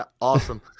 Awesome